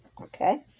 okay